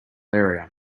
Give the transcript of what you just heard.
area